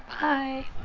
Bye